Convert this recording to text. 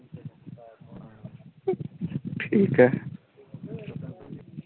ठीक ऐ